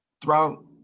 throughout